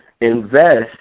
invest